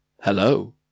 Hello